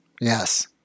Yes